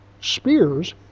spears